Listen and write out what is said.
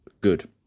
good